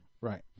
Right